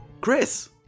Chris